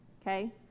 Okay